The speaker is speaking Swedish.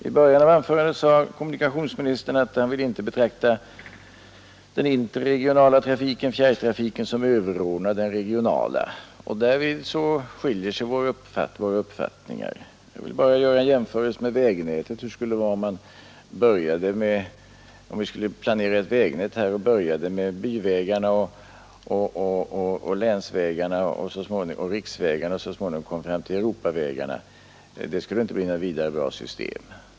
I början av anförandet sade kommunikationsministern att han inte ville betrakta den interregionala trafiken, fjärrtrafiken, som överordnad den regionala, och därvidlag skiljer sig våra uppfattningar. Jag vill bara göra en jämförelse med vägnätet. Hur skulle det vara om vi skulle planera ett vägnät och började med byvägarna, länsvägarna och riksvägarna och så småningom kom fram till Europavägarna? Det skulle inte bli något vidare bra system.